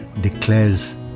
declares